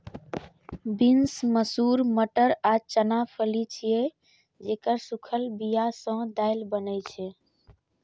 beans, मसूर, मटर आ चना फली छियै, जेकर सूखल बिया सं दालि बनै छै